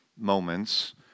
moments